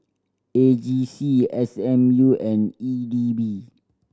A G C S M U and E D B